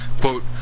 Quote